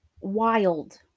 wild